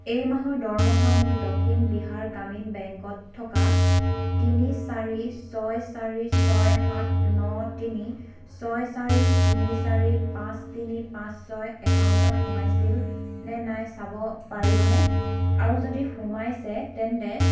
এই মাহৰ দৰমহা মোৰ দক্ষিণ বিহাৰ গ্ৰামীণ বেংকত থকা তিনি চাৰি ছয় চাৰি ছয় সাত ন তিনি ছয় চাৰি তিনি চাৰি পাঁচ তিনি পাঁচ ছয় একাউণ্টত সোমাইছিল নে নাই চাব পাৰিবনে আৰু যদি সোমাইছে তেন্তে